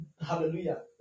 Hallelujah